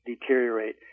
deteriorate